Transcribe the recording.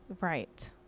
Right